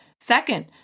Second